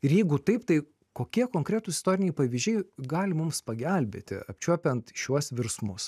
ir jeigu taip tai kokie konkretūs istoriniai pavyzdžiai gali mums pagelbėti apčiuopiant šiuos virsmus